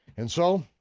and so,